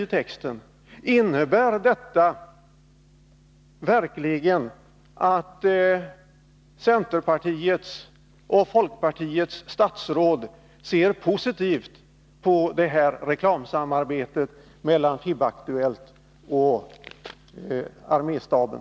Innebär det att centerpartiets och folkpartiets statsråd ser positivt på detta reklamsamarbete mellan FIB-Aktuellt och arméstaben?